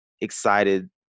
excited